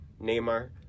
Neymar